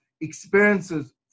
experiences